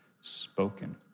spoken